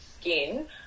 skin